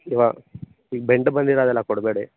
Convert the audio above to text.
ಇವಾಗ ಈಗ ಬೆಂಡು ಬಂದಿರದೆಲ್ಲ ಕೊಡಬೇಡಿ